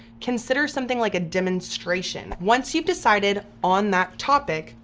consider something like a demonstration, once you've decided on that topic,